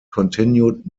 continued